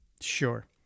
sure